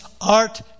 art